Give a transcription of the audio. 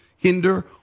Hinder